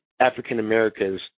African-Americans